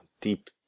deep